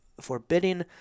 forbidding